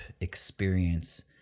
experience